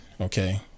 Okay